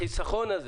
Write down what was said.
החיסכון הזה